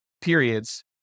periods